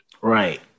right